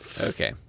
Okay